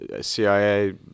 CIA